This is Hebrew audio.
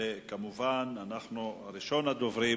וראשון הדוברים